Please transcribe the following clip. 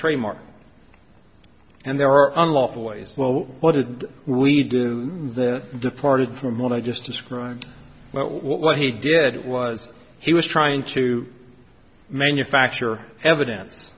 trademark and there are unlawful ways well what did we do the departed from what i just described what he did was he was trying to manufacture evidence